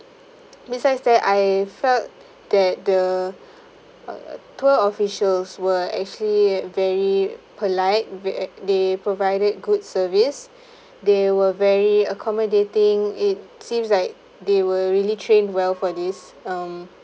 besides that I felt that the uh tour officers were actually very polite react they provided good service they were very accommodating it seems like they were really train well for this um